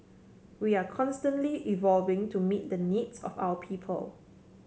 we are constantly evolving to meet the needs of our people